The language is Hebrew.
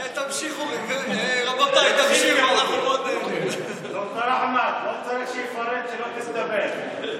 תמשיכו, ד"ר אחמד, לא צריך שיפרט ולא צריך שידבר.